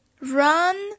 Run